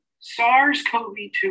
SARS-CoV-2